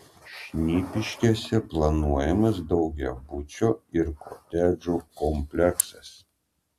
šnipiškėse planuojamas daugiabučio ir kotedžų kompleksas